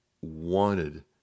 wanted